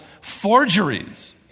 forgeries